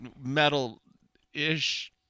Metal-ish